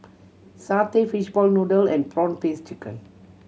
satay fishball noodle and prawn paste chicken